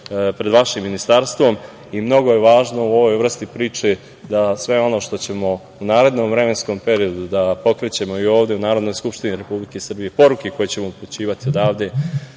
pred vašim ministarstvom, i mnogo je važno u ovoj vrsti priče da sve ono što ćemo u narednom vremenskom periodu da pokrećemo i ovde u Narodnoj skupštini Republike Srbije, poruke koje ćemo upućivati odavde,